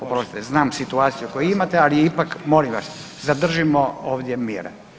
Oprostite, znam situaciju koju imate, ali ipak, molim vas, zadržimo ovdje mir.